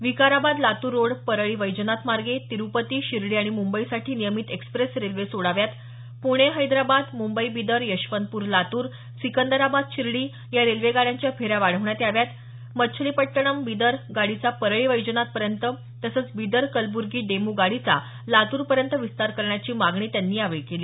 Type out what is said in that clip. Vikarabad Latur road Parli Vaijnath मार्गे तिरुपती शिर्डी आणि मुंबईसाठी नियमित एक्सप्रेस रेल्वे सोडाव्यात पुणे हैद्राबाद मुंबई बीदर यशवंतपूर लातूर सिंकदराबाद शिर्डी या रेल्वेगाड्यांच्या फेऱ्या वाढवण्यात याव्या मच्छलीपट्टणम बीदर गाडीचा परळी वैजनाथ पर्यंत तसंच बीदर कलबुर्गी डेमू गाडीचा लातूर पर्यंत विस्तार करण्याची मागणी त्यांनी यावेळी केली